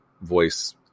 voice